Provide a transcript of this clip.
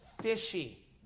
fishy